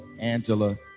Angela